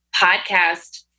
podcast